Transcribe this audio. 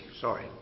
sorry